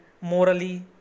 morally